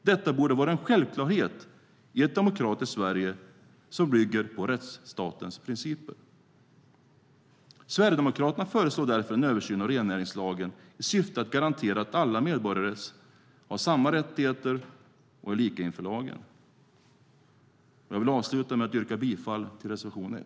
Detta borde vara en självklarhet i ett demokratiskt Sverige som bygger på rättsstatens principer. Sverigedemokraterna föreslår därför en översyn av rennäringslagen i syfte att garantera att alla medborgare har samma rättigheter och är lika inför lagen. Avslutningsvis yrkar jag bifall till reservation 1.